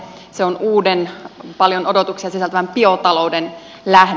se on uuden paljon odotuksia sisältävän biotalouden lähde